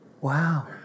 Wow